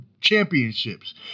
championships